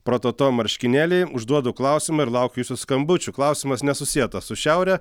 prototo marškinėliai užduodu klausimą ir laukiu jūsų skambučių klausimas nesusietas su šiaure